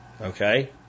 okay